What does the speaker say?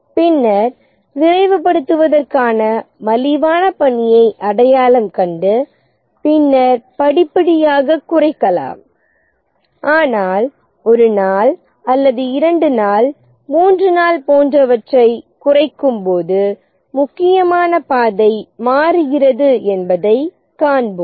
பின்னர் விரைவுபடுத்துவதற்கான மலிவான பணியை அடையாளம் கண்டு பின்னர் படிப்படியாகக் குறைக்கலாம் ஆனால் ஒரு நாள் அல்லது 2 நாள் 3 நாள் போன்றவற்றைக் குறைக்கும்போது முக்கியமான பாதை மாறுகிறது என்பதைக் காண்போம்